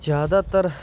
ਜ਼ਿਆਦਾਤਰ